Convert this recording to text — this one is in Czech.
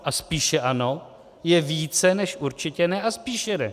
A spíše ano je více než určitě ne a spíše ne.